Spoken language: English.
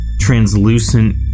translucent